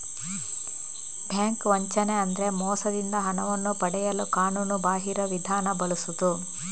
bank ವಂಚನೆ ಅಂದ್ರೆ ಮೋಸದಿಂದ ಹಣವನ್ನು ಪಡೆಯಲು ಕಾನೂನುಬಾಹಿರ ವಿಧಾನ ಬಳಸುದು